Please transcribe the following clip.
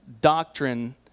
doctrine